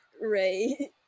ray